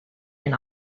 and